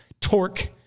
torque